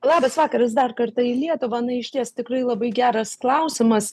labas vakaras dar kartą į lietuvą na išties tikrai labai geras klausimas